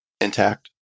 intact